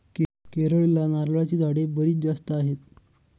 केरळला नारळाची झाडे बरीच जास्त आहेत